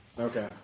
okay